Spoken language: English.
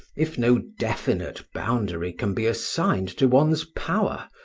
if no definite boundary can be assigned to one's power,